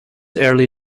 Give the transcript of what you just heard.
early